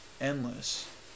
endless